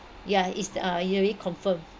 yeah it's uh it already confirmed